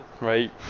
right